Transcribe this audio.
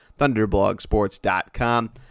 Thunderblogsports.com